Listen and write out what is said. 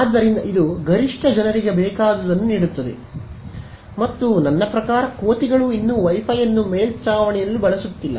ಆದ್ದರಿಂದ ಇದು ಗರಿಷ್ಠ ಜನರಿಗೆ ಬೇಕಾದುದನ್ನು ನೀಡುತ್ತದೆ ಮತ್ತು ನನ್ನ ಪ್ರಕಾರ ವೈ ಫೈ ಅನ್ನು ಮೇಲ್ಛಾವಣಿಯಲ್ಲಿ ಬಳಸುತ್ತಿಲ್ಲ